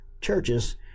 churches